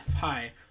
Hi